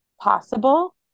possible